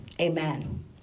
Amen